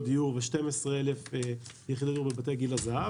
דיור ו-12,000 יחידות דיור בבתי גיל הזהב.